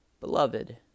beloved